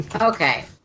Okay